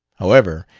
however,